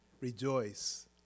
rejoice